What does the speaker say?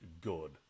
good